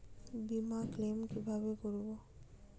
বিমা ক্লেম কিভাবে করব?